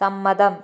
സമ്മതം